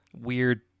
weird